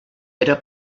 era